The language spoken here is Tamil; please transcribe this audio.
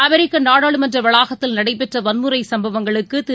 அமெரிக்க நாடாளுமன்ற வளாகத்தில் நடைபெற்ற வன்முறைச் சம்பவங்களுக்கு திரு